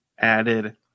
Added